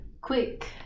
quick